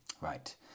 right